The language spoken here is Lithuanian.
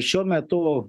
šiuo metu